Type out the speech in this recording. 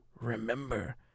Remember